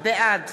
בעד